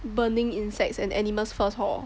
burning insects and animals first hor